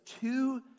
two